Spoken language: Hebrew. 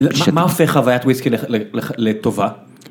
‫מה הופך חוויית וויסקי לטובה?